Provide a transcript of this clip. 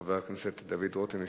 חבר הכנסת דוד רותם.